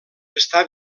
està